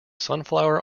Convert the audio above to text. sunflower